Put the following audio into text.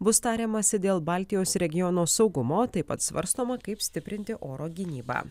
bus tariamasi dėl baltijos regiono saugumo o taip pat svarstoma kaip stiprinti oro gynybą